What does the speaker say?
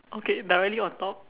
okay directly on top